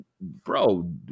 bro